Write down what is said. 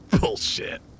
Bullshit